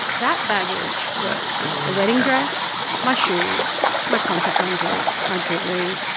that baggage was the wedding dress, my shoes, my contact lenses, my jewelry,